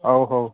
ହଉ ହଉ